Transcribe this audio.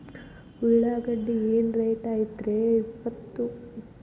ಉಳ್ಳಾಗಡ್ಡಿ ಏನ್ ರೇಟ್ ಐತ್ರೇ ಇಪ್ಪತ್ತು?